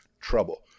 trouble